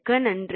மிக்க நன்றி